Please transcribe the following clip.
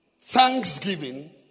thanksgiving